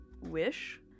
wish